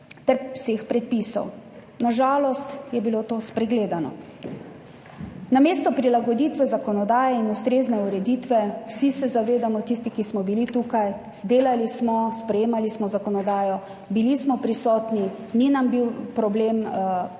ter vseh predpisov. Na žalost je bilo to spregledano. Namesto prilagoditve zakonodaje in ustrezne ureditve – vsi se zavedamo, tisti, ki smo bili tukaj, delali smo, sprejemali smo zakonodajo, bili smo prisotni, ni nam bil problem kljub